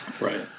Right